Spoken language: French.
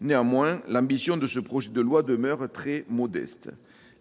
Néanmoins, l'ambition de ce texte demeure très modeste.